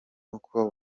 uko